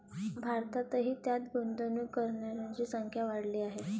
भारतातही त्यात गुंतवणूक करणाऱ्यांची संख्या वाढली आहे